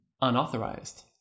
unauthorized